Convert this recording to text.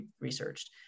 researched